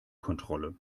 kontrolle